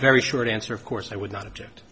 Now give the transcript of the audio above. very short answer of course i would not object